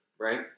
right